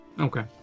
Okay